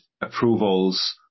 approvals